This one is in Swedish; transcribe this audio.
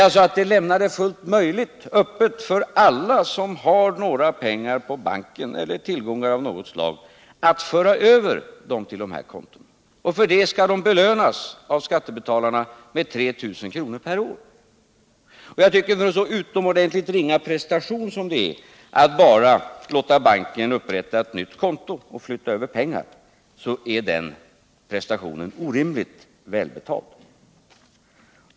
Jag sade att det är möjligt för alla som har pengar på banken, eller tillgångar av något slag, att föra över till dessa konton. För detta skall de belönas av skattebetalarna med 3 000 kr. per år. Jag tycker att en så utomordentligt ringa prestation som att bara låta banken upprätta ett nytt konto och flytta över pengar till detta är orimligt välbetald.